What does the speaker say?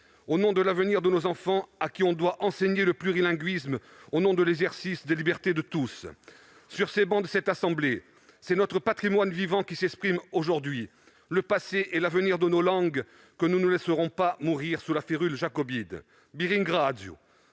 au nom de l'avenir de nos enfants, à qui l'on doit enseigner le plurilinguisme, et au nom de l'exercice des libertés de tous. Sur les travées de la Haute Assemblée, c'est notre patrimoine vivant qui s'est exprimé aujourd'hui, le passé et l'avenir de nos langues que nous ne laisserons pas mourir sous la férule jacobine. Je vous